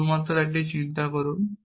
শুধু একটু চিন্তা করুন